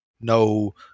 No